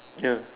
ya